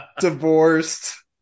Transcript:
divorced